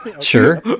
Sure